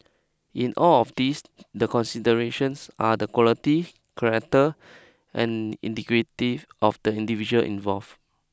in all of these the considerations are the quality character and integrity of the individuals involve